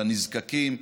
לנזקקים,